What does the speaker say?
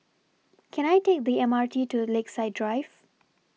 Can I Take The M R T to Lakeside Drive